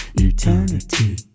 Eternity